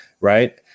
right